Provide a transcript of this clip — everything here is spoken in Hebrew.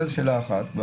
זאת שאלה אחת.